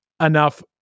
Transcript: enough